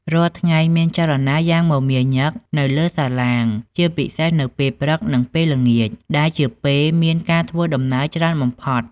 រាល់ថ្ងៃមានចលនាយ៉ាងមមាញឹកនៅលើសាឡាង ជាពិសេសនៅពេលព្រឹកនិងពេលល្ងាចដែលជាពេលមានការធ្វើដំណើរច្រើនបំផុត។